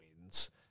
wins